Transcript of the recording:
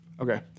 Okay